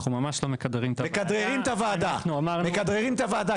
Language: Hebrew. אנחנו בכלל לא מקדרים פה את הוועדה.